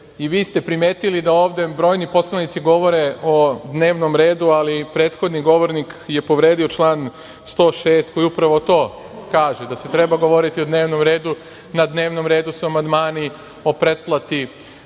i vi ste primetili da ovde brojni poslanici govore o dnevnom redu, ali prethodni govornik je povredio član 106. koji upravo to kaže, da se treba govoriti o dnevnom redu. Na dnevnom redu su amandmani o povećanju